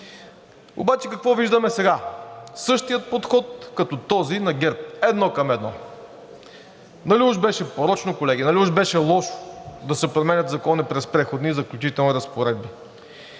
Обаче какво виждаме сега? – Същия подход като този на ГЕРБ. Едно към едно. Нали уж беше порочно, колеги, нали уж беше лошо да се променят закони през Преходни и заключителни разпоредби?